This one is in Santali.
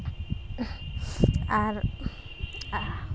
ᱟᱨ